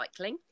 recycling